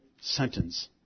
sentence